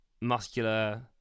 muscular